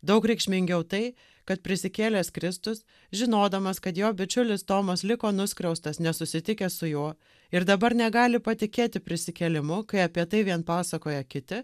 daug reikšmingiau tai kad prisikėlęs kristus žinodamas kad jo bičiulis tomas liko nuskriaustas nesusitikęs su juo ir dabar negali patikėti prisikėlimu kai apie tai vien pasakoja kiti